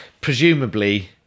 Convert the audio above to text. Presumably